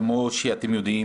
כמו שאתם יודעים